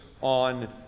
on